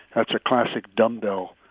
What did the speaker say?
that's a classic dumbbell.